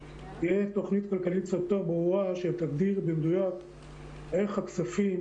תהיה תכנית כלכלית יותר ברורה שתגדיר במדויק איך הכספים